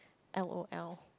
L O L